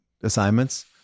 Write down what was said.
assignments